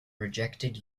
rejected